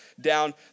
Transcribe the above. down